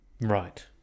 right